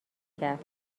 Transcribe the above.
کرد